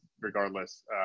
regardless